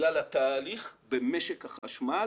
בגלל התהליך במשק החשמל